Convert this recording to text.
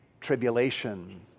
tribulation